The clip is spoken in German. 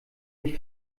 mich